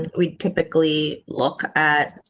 we typically look at,